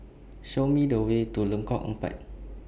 Show Me The Way to Lengkok Empat